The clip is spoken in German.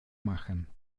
machen